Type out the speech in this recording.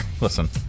listen